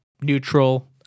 neutral